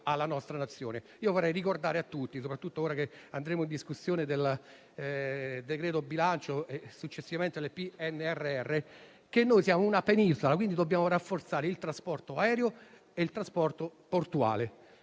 alla nostra Nazione. Vorrei ricordare a tutti, soprattutto ora che andremo ad esaminare il disegno di legge di bilancio e successivamente il PNRR, che siamo una penisola e dunque dobbiamo rafforzare il trasporto aereo e il trasporto portuale,